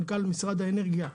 מנכ"ל משרד האנרגיה,